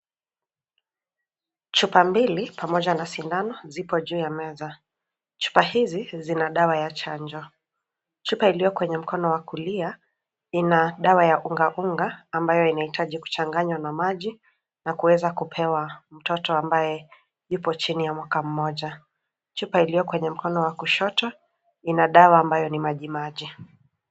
Chupa mbili pamoja na sindano zipo juu ya meza. Chupa hizi zina dawa ya chanjo. Chupa iliyo kwenye mkono wa kulia ina dawa ya unga unga ambayo inahitaji kuchanganywa na maji na kuweza kupewa mtoto ambaye yupo chini ya mwaka mmoja. Chupa iliyo kwenye mkono wa kushoto ina dawa ambayo ni majimaji.